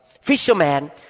fisherman